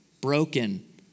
Broken